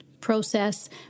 process